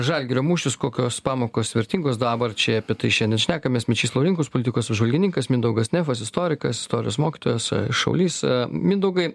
žalgirio mūšis kokios pamokos vertingos dabarčiai apie tai šiandien šnekamės mečys laurinkus politikos apžvalgininkas mindaugas nefas istorikas istorijos mokytojas šaulys mindaugai